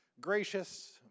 gracious